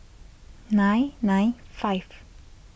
nine nine five